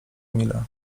emila